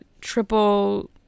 triple